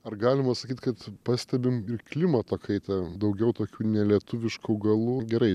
ar galima sakyt kad pastebim ir klimato kaitą daugiau tokių nelietuviškų augalų gerai